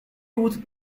would